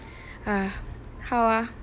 ah how ah